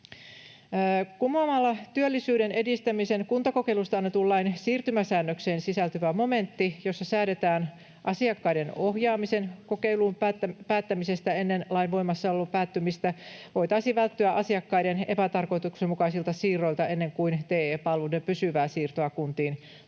Kumoamalla työllisyyden edistämisen kuntakokeilusta annetun lain siirtymäsäännökseen sisältyvä momentti, jossa säädetään asiakkaiden kokeiluun ohjaamisen päättämisestä ennen lain voimassaolon päättymistä, voitaisiin välttyä asiakkaiden epätarkoituksenmukaisilta siirroilta ennen kuin TE-palveluiden pysyvää siirtoa kuntiin tarkoittava